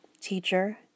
Teacher